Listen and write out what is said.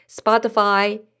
Spotify